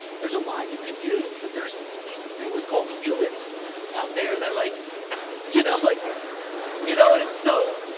there's a lot you can do but there's these things called humans out there that are like you know like ah you know and so,